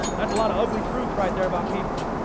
that's a lot of ugly truth right there about people.